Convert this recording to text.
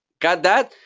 got that?